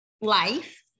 life